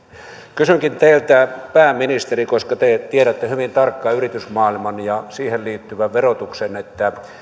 kysynkin teiltä pääministeri koska te tiedätte hyvin tarkkaan yritysmaailman ja siihen liittyvän verotuksen